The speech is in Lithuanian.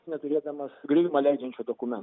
neturėdamas griovimą leidžiančių dokumentų